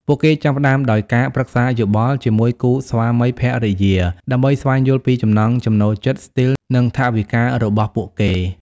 ពួកគេចាប់ផ្តើមដោយការ ប្រឹក្សាយោបល់ ជាមួយគូស្វាមីភរិយា ដើម្បីស្វែងយល់ពីចំណង់ចំណូលចិត្ត ស្ទីល និងថវិការបស់ពួកគេ។